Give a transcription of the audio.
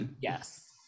yes